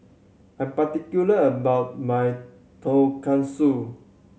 I'm particular about my Tonkatsu